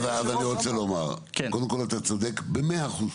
אתה צודק ב-100 אחוז.